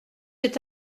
est